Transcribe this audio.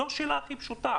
זאת שאלה הכי פשוטה